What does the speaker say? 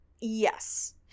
Yes